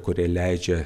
kurie leidžia